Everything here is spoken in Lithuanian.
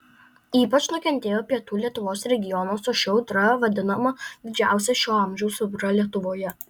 ypač nukentėjo pietų lietuvos regionas o ši audra vadinama didžiausia šio amžiaus audra lietuvoje